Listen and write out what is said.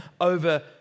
over